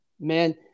Man